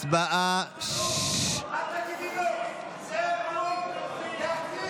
אתה תומך בסרבנות,